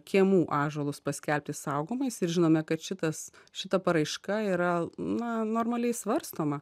kiemų ąžuolus paskelbti saugomais ir žinome kad šitas šita paraiška yra na normaliai svarstoma